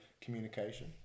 communication